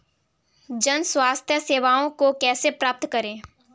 जन स्वास्थ्य सेवाओं को कैसे प्राप्त करें?